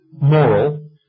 moral